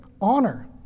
honor